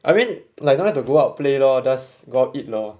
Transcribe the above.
I mean like don't have to go out play lor just go eat lor